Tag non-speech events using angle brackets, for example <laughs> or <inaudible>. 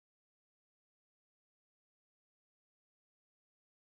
ya then I told Mabel like no <laughs> no I'm like